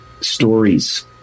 stories